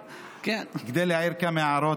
כדי להעיר כמה הערות.